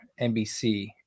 nbc